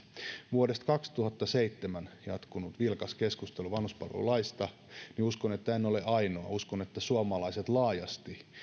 vuodesta kaksituhattaseitsemän lähtien on jatkunut vilkas keskustelu vanhuspalvelulaista ja uskon että en ole ainoa uskon että suomalaiset laajasti